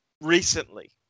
Recently